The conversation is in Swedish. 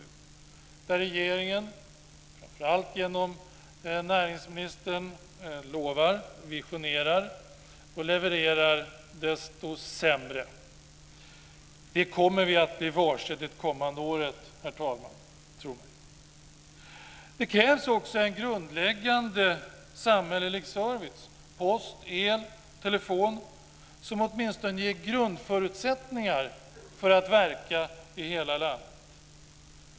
Där lovar och visionerar regeringen, framför allt genom näringsministern, men levererar desto sämre. Det kommer vi att bli varse det kommande året, herr talman. Tro mig! Det krävs också en grundläggande samhällelig service, post, el och telefon, som åtminstone ger grundförutsättningar för att man ska kunna verka i hela landet.